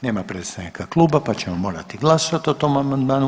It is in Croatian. Nema predstavnika kluba pa ćemo morati glasovati o tom amandmanu.